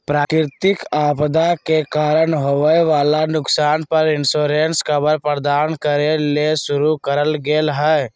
प्राकृतिक आपदा के कारण होवई वला नुकसान पर इंश्योरेंस कवर प्रदान करे ले शुरू करल गेल हई